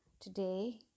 today